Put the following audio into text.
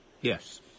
Yes